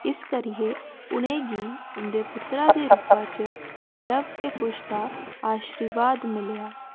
इस करियै उ'नेंगी उं'दे पुत्तरै दे रूपा च लव ते कुश दा आशीर्वाद मिलेआ